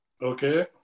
Okay